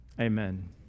Amen